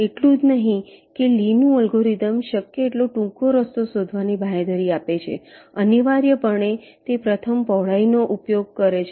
એટલું જ નહીં કે લીનું અલ્ગોરિધમ શક્ય એટલો ટૂંકો રસ્તો શોધવાની બાંયધરી આપે છે અનિવાર્યપણે તે પ્રથમ પહોળાઈ નો ઉપયોગ કરે છે